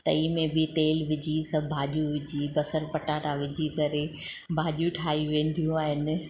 तई में बि तेल विझी सभु भाॼियूं विझी बसरु पटाटा विझी करे भाॼियूं ठाही वेंदियूं आहिनि